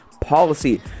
policy